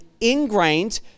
ingrained